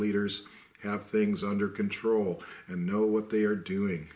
leaders have things under control and know what they are doing